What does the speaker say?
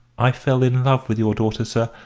i fell in love with your daughter, sir,